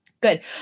Good